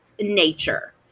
nature